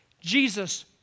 Jesus